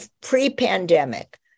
pre-pandemic